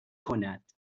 کند